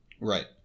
Right